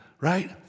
right